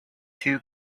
two